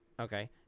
Okay